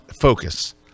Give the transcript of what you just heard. focus